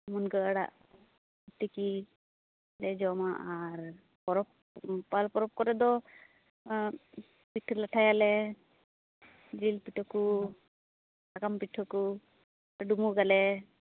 ᱢᱩᱱᱜᱟ ᱟᱲᱟᱜ ᱛᱤᱠᱤ ᱞᱮ ᱡᱚᱢᱟ ᱟᱨ ᱯᱚᱨᱚᱵᱽ ᱟᱨ ᱯᱟᱹᱞ ᱯᱚᱨᱚᱵ ᱠᱚᱨᱮᱫᱚ ᱯᱤᱴᱷᱟ ᱞᱟᱴᱷᱟᱭᱟᱞᱮ ᱡᱤᱞ ᱯᱤᱴᱷᱟᱹ ᱠᱚ ᱥᱟᱠᱟᱢ ᱯᱤᱴᱷᱟᱹ ᱠᱚ ᱰᱳᱢᱵᱳᱜᱟᱞᱮ